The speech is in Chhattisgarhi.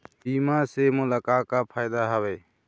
बीमा से मोला का का फायदा हवए?